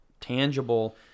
tangible